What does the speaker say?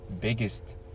biggest